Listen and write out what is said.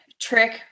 trick